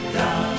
down